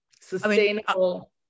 sustainable